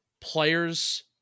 players